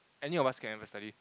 any of us can ever study